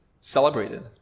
celebrated